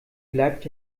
bleibt